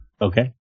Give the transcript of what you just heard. Okay